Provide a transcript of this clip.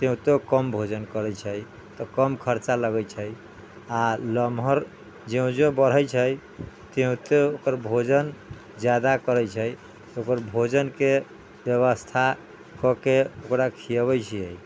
त्यो त्यो कम भोजन करै छै तऽ कम खर्चा लगै छै आ लमहर ज्यो ज्यो बढ़ै छै त्यो त्यो ओकर भोजन ज्यादा करै छै तऽ ओकर भोजन के ब्यबस्था कऽ के ओकरा खियौबै छियै